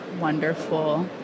wonderful